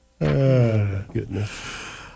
goodness